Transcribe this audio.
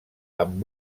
amb